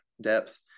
depth